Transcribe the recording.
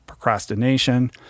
Procrastination